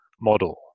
model